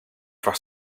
for